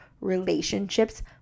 relationships